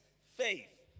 faith